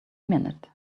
minute